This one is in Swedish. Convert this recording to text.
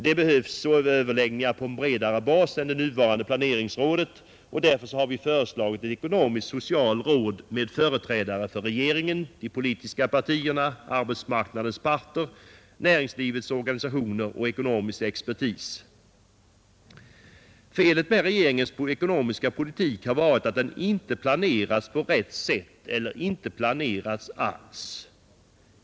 Det behövs överläggningar på en bredare bas än det nuvarande planeringsrådet, och därför har vi föreslagit ett ekonomiskt-socialt råd med företrädare för regeringen, de politiska partierna, arbetsmarknadens parter, näringslivets organisationer och ekonomisk expertis. Felet med regeringens ekonomiska politik har varit att den inte planerats på rätt sätt eller inte planerats alls.